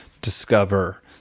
discover